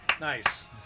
Nice